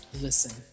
Listen